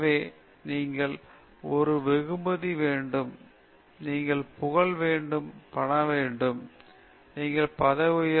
எனவே நீங்கள் ஒரு வெகுமதி வேண்டும் நீங்கள் புகழ் வேண்டும் பணம் வேண்டும் நீங்கள் பதவி உயர்வு வேண்டும் நீங்கள் பரிசுகள் புகழ் வேண்டும் இந்த தீவிர ஊக்கத்தை அனைத்து